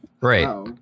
Right